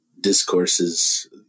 discourses